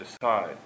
decide